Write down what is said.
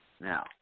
Now